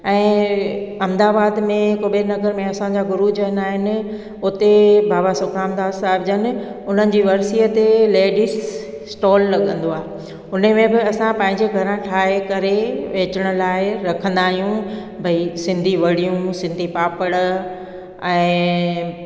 ऐं अहमदाबाद में कुबेर नगर में असांजा गुरू जन आहिनि हुते बाबा सुखराम दास साहिबु जन उन्हनि जी वर्सीअ ते लेडीस स्टोल लॻंदो आहे हुन में बि असां पांजे घरां ठाहे करे वेचण लाइ रखंदा आहियूं भई सिंधी वड़ियूं सिंधी पापड़ ऐं